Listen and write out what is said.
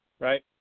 Right